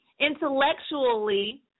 intellectually